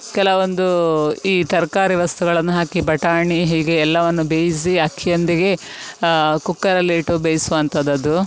ಕೆಲವೊಂದು ಈ ತರಕಾರಿ ವಸ್ತುಗಳನ್ನು ಹಾಕಿ ಬಟಾಣಿ ಹೀಗೆ ಎಲ್ಲವನ್ನು ಬೇಯಿಸಿ ಅಕ್ಕಿಯೊಂದಿಗೆ ಕುಕ್ಕರಲ್ಲಿಟ್ಟು ಬೇಯಿಸುವಂಥದ್ದು ಅದು